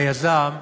היזם,